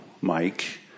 Mike